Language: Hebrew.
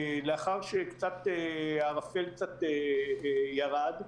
לאחר שהערפל קצת ירד,